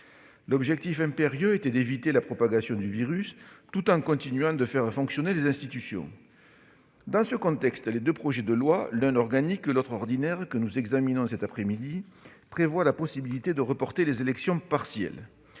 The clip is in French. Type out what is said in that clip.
L'objectif impérieux était d'éviter la propagation du virus, tout en continuant de faire fonctionner les institutions. Dans ce contexte, les deux projets de loi, l'un organique, l'autre ordinaire, que nous examinons cet après-midi, prévoient la possibilité de reporter les élections partielles.